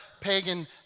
pagan